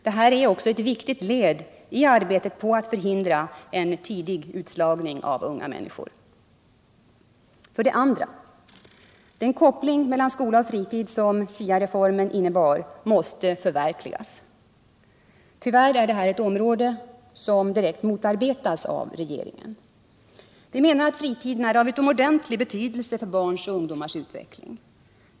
Detta är också ett viktigt led i arbetet på att förhindra en tidig utslagning av unga människor. 2. Den koppling mellan skola och fritid som SIA-reformen innebar måste förverkligas! Nr 142 Tyvärr är detta ett område som direkt motarbetas av regeringen. Tisdagen den Vi menar att fritiden har utomordentlig betydelse för barns och ungdomars 16 maj 1978 utveckling.